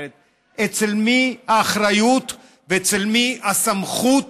אצל מי האחריות ואצל מי הסמכות